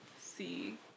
see